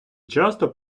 часто